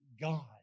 God